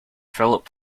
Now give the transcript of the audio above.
philip